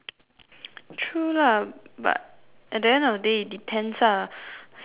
true lah but at the end of the day it depends lah so ya lah